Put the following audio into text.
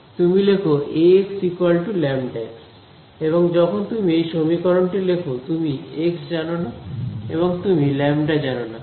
তুমি লেখ Ax λx এবং যখন তুমি এই সমীকরণটি লেখ তুমি এক্স জানো না এবং তুমি λ জানো না